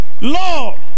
Lord